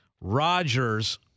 Rodgers